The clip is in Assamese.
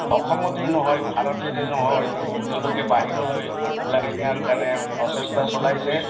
অসমতেই নহয় ভাৰতেতেই নহয় তেওঁলোকে বাহিৰলৈ ওলাই নিয়াৰ কাৰণে প্ৰচেষ্টা চলাইছে